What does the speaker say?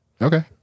Okay